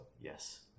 Yes